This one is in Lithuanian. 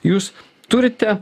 jūs turite